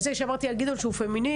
אמרתי על גדעון שהוא פמיניסט,